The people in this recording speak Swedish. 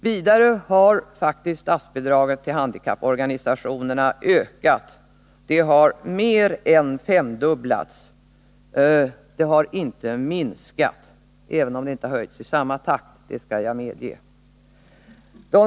Vidare har faktiskt statsbidraget till handikapporganisationerna ökat. Det har mer än femdubblats. Det har inte minskat, även om det i år inte höjts i samma takt som tidigare. Det har inte gjorts — det skall jag medge.